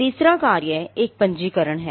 तीसरा कार्य एक पंजीकरण है